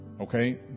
okay